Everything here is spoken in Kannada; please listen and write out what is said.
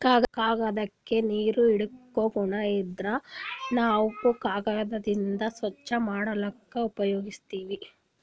ಕಾಗ್ದಾಕ್ಕ ನೀರ್ ಹೀರ್ಕೋ ಗುಣಾ ಇರಾದ್ರಿನ್ದ ನಾವ್ ಕಾಗದ್ಲಿಂತ್ ಸ್ವಚ್ಚ್ ಮಾಡ್ಲಕ್ನು ಉಪಯೋಗಸ್ತೀವ್